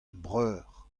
breur